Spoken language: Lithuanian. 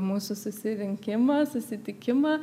mūsų susirinkimą susitikimą